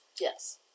Yes